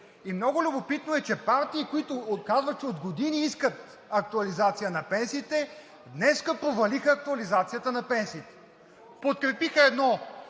И много любопитно е, че партии, които казват, че от години искат актуализация на пенсиите, днес провалиха актуализацията на пенсиите. Подкрепиха едно